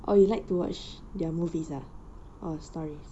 oh you like to watch their movies ah